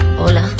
hola